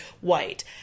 white